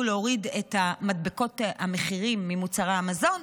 להוריד את מדבקות המחירים ממוצרי המזון,